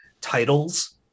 titles